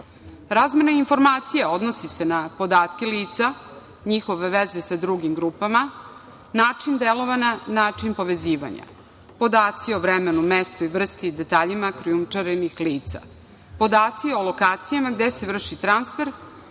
Razmena informacija odnosi se na podatke lica, njihove veze sa drugim grupama, način delovanja, način povezivanja, podaci o vremenu, mestu i vrsti i detaljima krijumčarenih lica, podaci o lokacijama gde se vrši transfer,